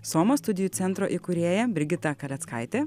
somos studijų centro įkūrėja brigita kaleckaitė